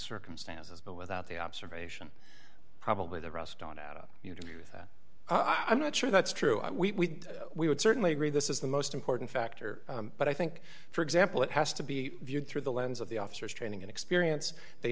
circumstances but without the observation probably the rest on out your truth that i'm not sure that's true i we we would certainly agree this is the most important factor but i think for example it has to be viewed through the lens of the officers training and experience they